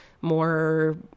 more